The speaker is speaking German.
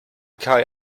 kai